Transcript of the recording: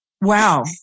Wow